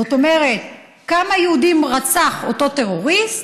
זאת אומרת, כמה יהודים רצח אותו טרוריסט